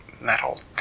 metal